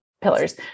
Pillars